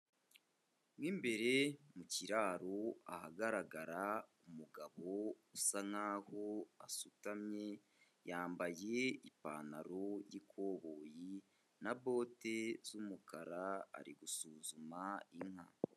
Mo imbere mu kiraro ahagaragara umugabo usa nk'aho asutamye, yambaye ipantaro y'ikoboyi na bote z'umukara ari gusuzuma inka.